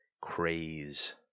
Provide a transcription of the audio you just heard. craze